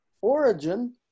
origin